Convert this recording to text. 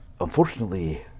Unfortunately